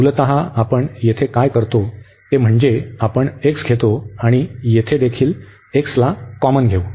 मूलतः आपण येथे काय करतो ते म्हणजे आपण x घेतो आणि येथे देखील x ला कॉमन घेऊ